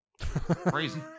Crazy